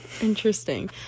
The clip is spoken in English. interesting